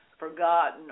forgotten